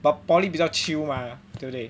but poly 比较 chill mah 对不对